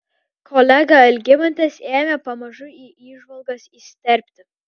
kolega algimantas ėmė pamažu į įžvalgas įsiterpti